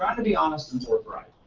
to be honest and forthright.